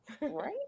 right